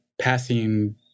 passing